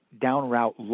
down-route